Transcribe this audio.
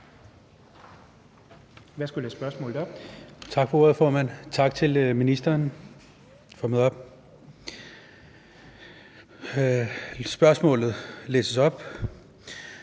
Tak for ordet, formand. Tak til ministeren for at møde op. Jeg vil læse